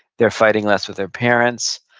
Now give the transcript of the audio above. they're fighting less with their parents.